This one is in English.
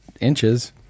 inches